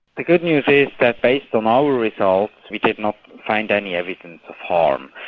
the good news is that based on our results we did not find any evidence of harm.